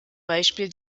beispiel